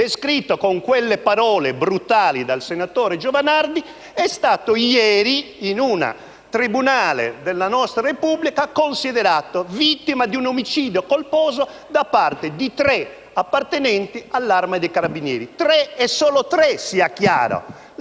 descritto con quelle parole brutali dal senatore Giovanardi, ieri, in un tribunale della nostra Repubblica, è stato considerato vittima di un omicidio colposo da parte di tre appartenenti all'Arma dei carabinieri. Tre e solo tre, sia chiaro.